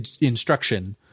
instruction